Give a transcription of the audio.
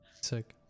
Sick